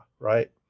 right